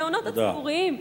המעונות הציבוריים,